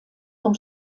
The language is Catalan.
com